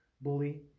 bully